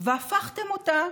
והפכתם אותה